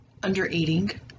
undereating